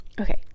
okay